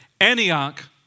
Antioch